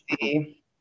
see